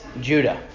Judah